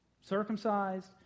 Circumcised